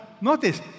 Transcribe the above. Notice